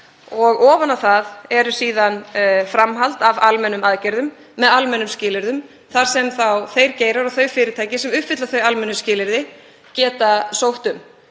Ofan á það er síðan framhald af almennum aðgerðum með almennum skilyrðum þar sem geirar og fyrirtæki sem uppfylla þau almennu skilyrði geta sótt um.